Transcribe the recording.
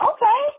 Okay